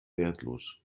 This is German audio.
wertlos